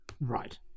Right